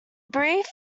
brief